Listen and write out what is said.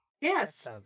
Yes